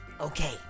Okay